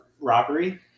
robbery